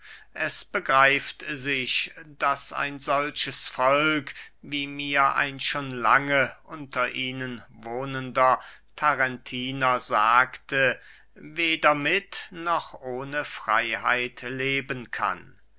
es begreift sich daß ein solches volk wie mir ein schon lange unter ihnen wohnender tarentiner sagte weder mit noch ohne freiheit leben kann